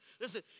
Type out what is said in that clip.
listen